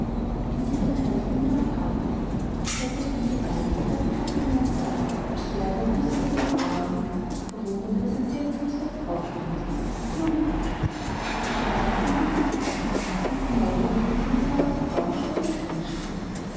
und sie hatten recht mit ihrer behauptung lag doch dieser herrliche reckenhafte mann da als werde und müsse er jeden augenblick verwundert über sein seltsames bett aufspringen die blumen abschütteln den schlaf aus den gliedern recken und die neugierigen mit seinen feurigen augen spöttisch anstrahlen